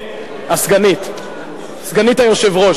סגנית היושב-ראש,